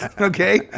Okay